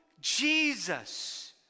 Jesus